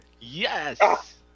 Yes